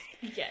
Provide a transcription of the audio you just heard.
Yes